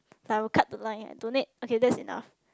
like I will cut the line donate okay that's enough